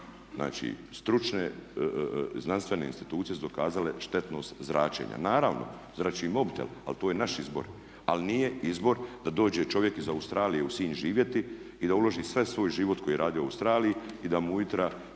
znači stručne znanstvene institucije su dokazale štetnost zračenja. Naravno, zrači i mobitel, ali to je naš izbor. Ali nije izbor da dođe čovjek iz Australije u Sinj živjeti i da uloži sav svoj život koji je radio u Australiji i da mu ujutro